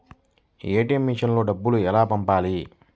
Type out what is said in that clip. ATM మెషిన్లో డబ్బులు ఎలా పంపాలి?